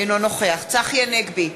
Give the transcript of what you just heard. אינו נוכח צחי הנגבי,